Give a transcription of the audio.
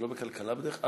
זה לא בכלכלה בדרך כלל?